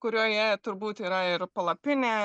kurioje turbūt yra ir palapinė